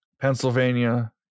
Pennsylvania